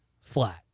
flat